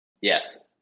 Yes